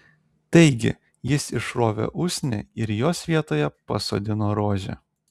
taigi jis išrovė usnį ir jos vietoje pasodino rožę